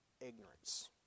ignorance